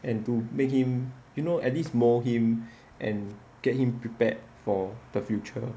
and to make him you know at least mould him and get him prepared for the future